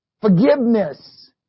Forgiveness